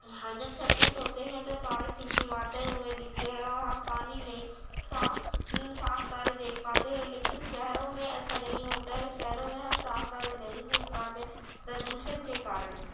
ہم جب چھت پہ سوتے ہیں تو تارے ٹمٹماتے ہوئے دکھتے ہیں وہاں پانی نہیں صاف صاف تارے دیکھ پاتے ہیں لیکن شہروں میں ایسا نہیں ہوتا ہے شہروں میں ہم صاف تارے نہیں دیکھ پاتے پردوشن کے کارن